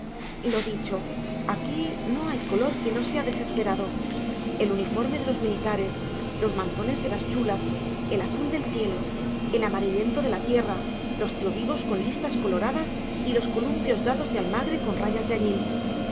lo dicho aquí no hay color que no sea desesperado el uniforme de los militares los mantones de las chulas el azul del cielo el amarillento de la tierra los tiovivos con listas coloradas y los columpios dados de almagre con rayas